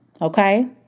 Okay